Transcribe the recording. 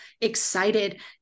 excited